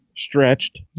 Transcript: stretched